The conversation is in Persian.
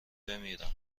بمیرم